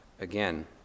again